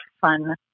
fun